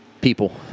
people